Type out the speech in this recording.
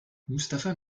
mustapha